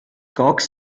cox